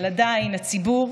אבל עדיין הציבור